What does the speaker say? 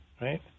right